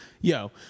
Yo